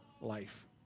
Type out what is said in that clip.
life